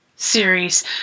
Series